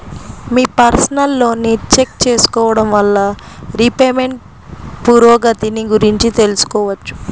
మీ personal లోన్ని check చేసుకోడం వల్ల రీపేమెంట్ పురోగతిని గురించి తెలుసుకోవచ్చు